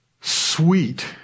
Sweet